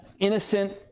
Innocent